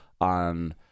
on